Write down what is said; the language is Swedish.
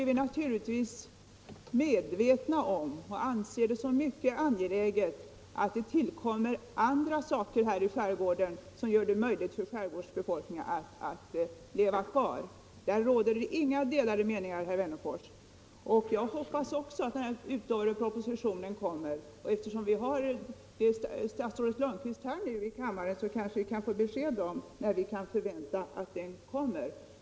Men givetvis anser vi det vara mycket angeläget att andra åtgärder tillkommer, som gör det möjligt för skärgårdsbefolkningen att leva kvar; därom råder inga delade meningar, herr Wennerfors. Jag hoppas också att den utlovade propositionen kommer, och eftersom vi har statsrådet Lundkvist här i kammaren kanske vi kan få besked om när vi kan förvänta att den läggs fram.